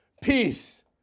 peace